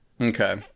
Okay